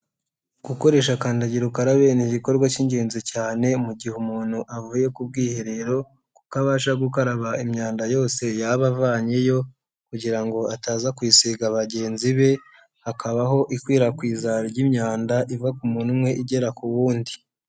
Gukoresha kandagira ukarabe ni igikorwa cy'ingenzi cyane mu gihe umuntu avuye ku bwiherero, kuko abasha gukaraba imyanda yose yaba avanyeyo kugira ngo ataza kuyisiga bagenzi be, hakabaho ikwirakwiza ry'imyanda iva ku muntu umwe igera ku wundi.